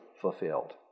fulfilled